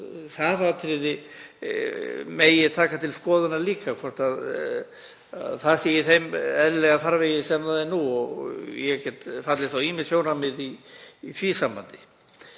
það atriði megi taka til skoðunar líka, hvort það sé í þeim eðlilega farvegi sem það er nú. Ég get fallist á ýmis sjónarmið í því sambandi.